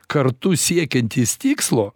kartu siekiantys tikslo